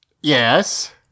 Yes